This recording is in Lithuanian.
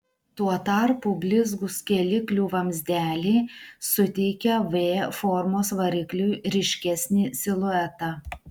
tuo tarpu blizgūs kėliklių vamzdeliai suteikia v formos varikliui ryškesnį siluetą